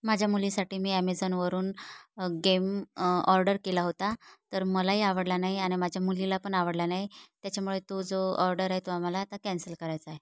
माझ्या मुलीसाठी मी ॲमेझॉनवरून गेम ऑर्डर केला होता तर मलाही आवडला नाही आणि माझ्या मुलीला पण आवडला नाही त्याच्यामुळे तो जो ऑर्डर आहे तो आम्हाला आता कॅन्सल करायचा आहे